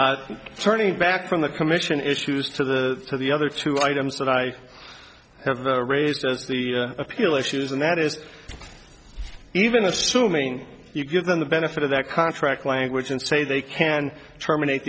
and turning back from the commission issues to the to the other two items that i have raised as the appeal issues and that is even assuming you give them the benefit of that contract language and say they can terminate